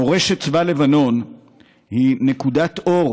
מורשת צבא לבנון היא נקודת אור